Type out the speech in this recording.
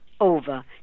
over